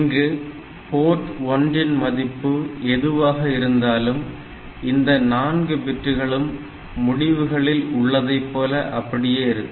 இங்கு போர்ட் 1 இன் மதிப்பு எதுவாக இருந்தாலும் இந்த 4 பிட்டுகளும் முடிவுகளில் உள்ளதைப்போல் அப்படியே இருக்கும்